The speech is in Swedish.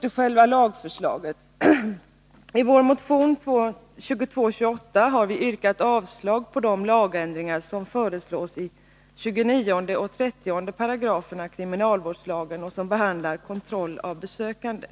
I vår motion 2228 har vi yrkat avslag på de lagändringar som föreslås i 29 och 30 §§ kriminalvårdslagen och som behandlar kontroll av besökande.